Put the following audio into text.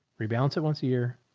rebalance it once a year.